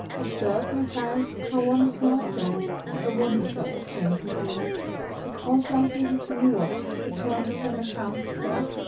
observe, my child, how one small thing a wondrous lot of change will bring because wise little jimmy watt could turn to some account his thought,